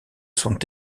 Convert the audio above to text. sont